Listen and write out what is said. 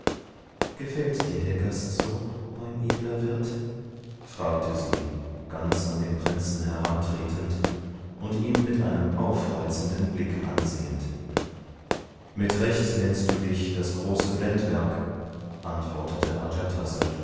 gefällt dir der gast so mein edler wirt fragte sie ganz an den prinzen herantretend und ihn mit einem aufreizenden blick ansehend mit recht nennst du dich das große blendwerk antwortete